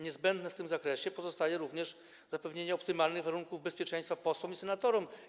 Niezbędne w tym zakresie pozostaje również zapewnienie optymalnych warunków bezpieczeństwa posłom i senatorom.